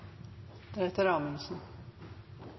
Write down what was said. deretter